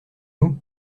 nous